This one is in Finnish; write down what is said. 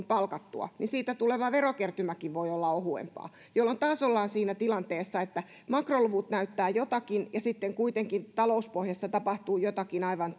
palkattua niin siitä tuleva verokertymäkin voi olla ohuempaa jolloin taas ollaan siinä tilanteessa että makroluvut näyttävät jotakin ja sitten kuitenkin talouspohjassa tapahtuu jotakin aivan